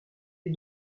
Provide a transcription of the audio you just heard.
les